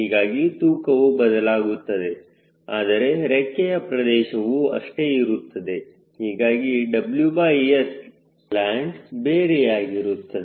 ಹೀಗಾಗಿ ತೂಕವು ಬದಲಾಗುತ್ತದೆ ಆದರೆ ರೆಕ್ಕೆಯ ಪ್ರದೇಶವು ಅಷ್ಟೇ ಇರುತ್ತದೆ ಹೀಗಾಗಿ WSland ಬೇರೆಯಾಗಿರುತ್ತದೆ